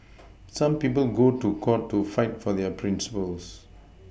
some people go to court to fight for their Principles